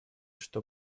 что